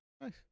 Nice